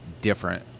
different